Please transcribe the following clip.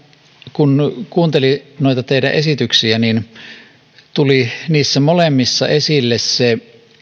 kun kuunteli noita teidän esityksiänne tuli oikeastaan niissä molemmissa esille se